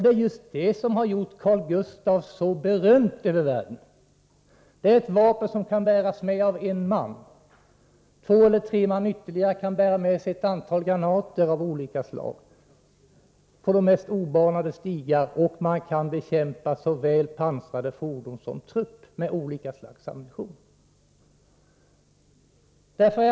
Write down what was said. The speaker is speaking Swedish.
Det är just detta som gjort granatgeväret Carl Gustaf så berömt över världen. Det är ett vapen som kan bäras av en enda man. Ytterligare två eller tre kan bära med sig ett antal granater av olika slag. De kan transportera vapnet på de mest obanade stigar, och de kan bekämpa såväl pansrade fordon som trupp, med olika slags ammunition.